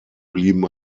blieben